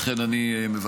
לכן אני מבקש